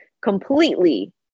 completely